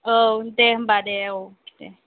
औ दे होनबा दे औ दे